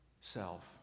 self